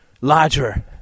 larger